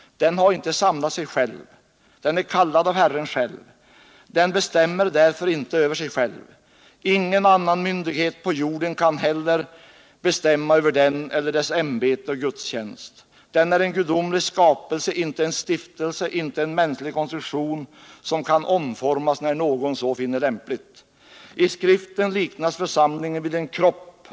Den har inte samlat sig själv; den är kallad av Herren själv. Den bestämmer därför inte över sig själv. Ingen annan myndighet på jorden kän heller bestämma över den eller dess ämbete och gudstjänst. Den är en gudomlig skapelse, inte en mänsklig konstruktion som kan omformas när någon så finner lämpligt. I Skriften liknas församlingen vid en kropp.